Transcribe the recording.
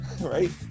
right